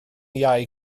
iau